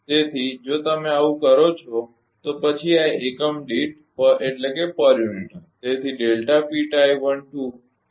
તેથી જો તમે આવું કરો છો તો પછી આ એકમ દીઠ હશે